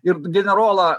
ir generolą